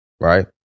right